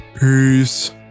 Peace